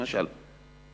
למשל,